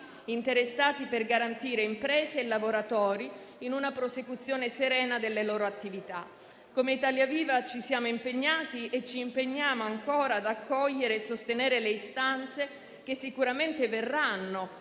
interessati, per garantire imprese e lavoratori in una prosecuzione serena delle loro attività. Come Italia Viva ci siamo impegnati e ci impegniamo ancora ad accogliere e sostenere le istanze che sicuramente verranno